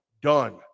done